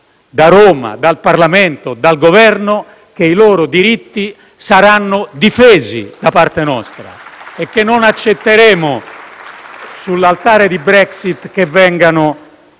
da Roma, dal Parlamento, dal Governo, che i loro diritti saranno difesi da parte nostra e che non accetteremo, sull'altare della Brexit, che vengano